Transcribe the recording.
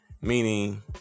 meaning